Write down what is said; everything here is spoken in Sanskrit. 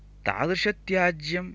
तादृशत्याज्यं